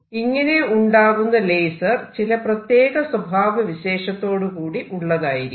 ഇങ്ങനെ ഉണ്ടാകുന്ന ലേസർ ചില പ്രത്യേക സ്വഭാവ വിശേഷത്തോടുകൂടി ഉള്ളതായിരിക്കും